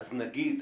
אז נגיד.